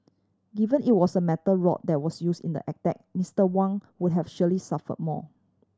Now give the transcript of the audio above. given it was a metal rod that was use in the attack Mister Wang would have surely suffer more